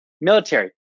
Military